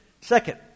Second